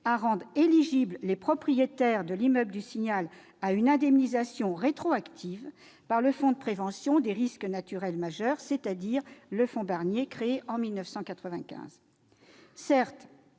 à rendre éligibles les propriétaires de l'immeuble du Signal à une indemnisation rétroactive par le fonds de prévention des risques naturels majeurs, dit « fonds Barnier », créé en 1995. Nous